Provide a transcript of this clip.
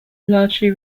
largely